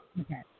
Okay